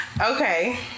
Okay